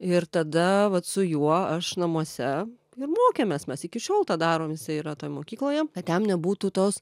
ir tada vat su juo aš namuose ir mokėmės mes iki šiol tą darom jisai yra toj mokykloje tem nebūtų tos